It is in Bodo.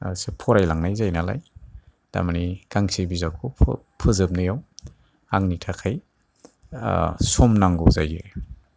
सो फरायलांनाय जायो नालाय दा मानि गांसे बिजाबखौ फोजोबनायाव आंनि थाखाय सम नांगौ जायो